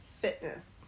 fitness